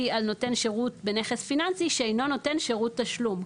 על נותן שירות בנכס פיננסי שאינו נותן שירות תשלום".